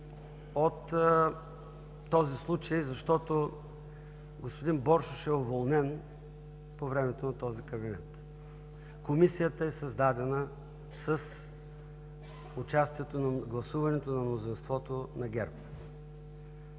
от този случай, защото господин Боршош е уволнен по времето на този кабинет. Комисията е създадена с участието и гласуването на мнозинството на ГЕРБ.